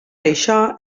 això